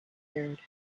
third